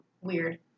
weird